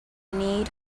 need